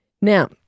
Now